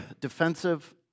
defensive